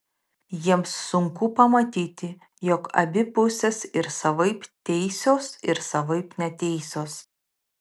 jiems sunku pamatyti jog abi pusės ir savaip teisios ir savaip neteisios